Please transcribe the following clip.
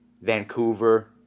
Vancouver